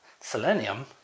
Selenium